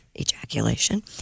ejaculation